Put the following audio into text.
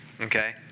Okay